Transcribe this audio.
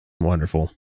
Wonderful